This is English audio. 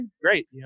great